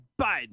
Biden